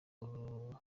n’ururimi